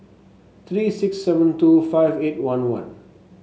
three six seven two five eight one one